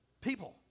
people